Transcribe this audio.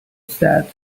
said